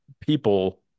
people